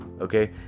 okay